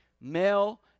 male